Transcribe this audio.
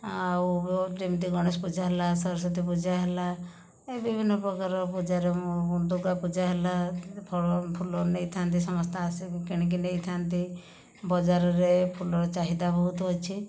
ଆଉ ଯେମିତି ଗଣେଶ ପୂଜା ହେଲା ସରସ୍ଵତୀ ପୂଜା ହେଲା ଏ ବିଭିନ୍ନ ପ୍ରକାର ପୂଜାରେ ମୁଁ ଦୁର୍ଗା ପୂଜା ହେଲା ଫଳ ଫୁଲ ନେଇଥାନ୍ତି ସମସ୍ତେ ଆସିକି କିଣିକି ନେଇଥାନ୍ତି ବଜାରରେ ଫୁଲର ଚାହିଦା ବହୁତ ଅଛି